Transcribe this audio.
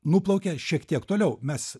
nuplaukia šiek tiek toliau mes